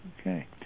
Okay